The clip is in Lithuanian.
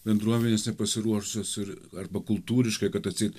bendruomenės nepasiruošusios ir arba kultūriškai kad atseit